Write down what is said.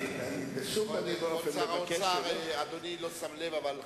ואני אומר לך, אני מאוד מעריך את שלי יחימוביץ,